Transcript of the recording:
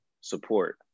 support